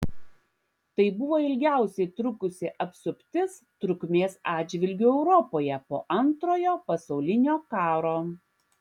tai buvo ilgiausiai trukusi apsuptis trukmės atžvilgiu europoje po antrojo pasaulinio karo